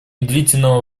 длительного